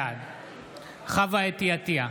בעד חוה אתי עטייה,